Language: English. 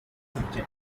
subject